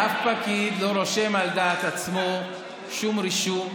אף פקיד לא רושם על דעת עצמו שום רישום,